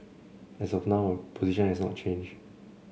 as of now position has not changed